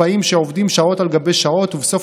הקופאים שעובדים שעות על גבי שעות ובסוף